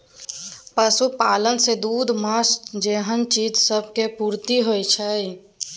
पशुपालन सँ दूध, माँस जेहन चीज सब केर पूर्ति होइ छै